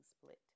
split